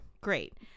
Great